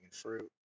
fruit